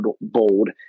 bold